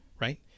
Right